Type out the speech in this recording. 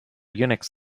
unix